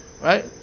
right